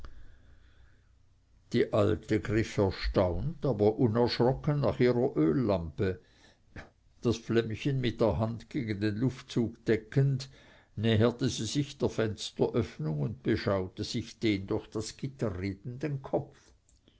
die alte griff erstaunt aber unerschrocken nach ihrer öllampe das flämmchen mit der hand gegen den luftzug deckend näherte sie sich der fensteröffnung und beschaute sich den durch das gitter redenden kopf